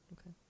Okay